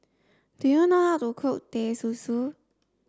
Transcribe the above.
do you know how to cook teh susu